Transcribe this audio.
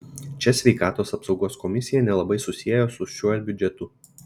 čia sveikatos apsaugos komisija nelabai susiejo su šiuo biudžetu